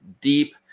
deep